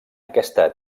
aquesta